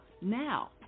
now